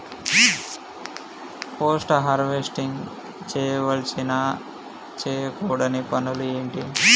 Post harvesting చేయవలసిన చేయకూడని పనులు ఏంటి?